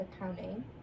accounting